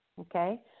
Okay